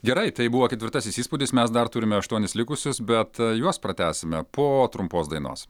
gerai tai buvo ketvirtasis įspūdis mes dar turime aštuonis likusius bet juos pratęsime po trumpos dainos